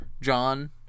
John